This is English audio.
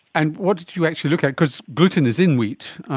and what did you actually look at? because gluten is in wheat,